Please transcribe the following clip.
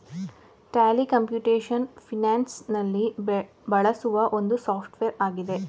Tally computation finance ನಲ್ಲಿ ಬೆಳೆಸುವ ಒಂದು ಸಾಫ್ಟ್ವೇರ್ ಆಗಿದೆ